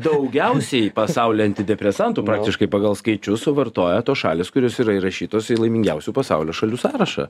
daugiausiai pasaulyje antidepresantų praktiškai pagal skaičius suvartoja tos šalys kurios yra įrašytos į laimingiausių pasaulio šalių sąrašą